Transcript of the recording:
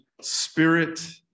spirit